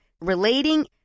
relating